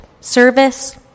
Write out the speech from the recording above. service